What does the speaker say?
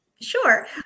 Sure